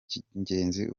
cy’ingenzi